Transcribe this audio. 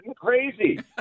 crazy